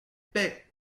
paie